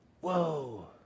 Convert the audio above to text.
Whoa